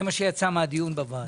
זה מה שיצא מהדיון בוועדה.